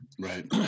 Right